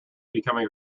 becoming